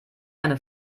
eine